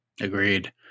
Agreed